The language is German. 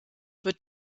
wird